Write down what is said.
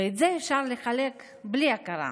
ואת זה אפשר לחלק בלי הכרה.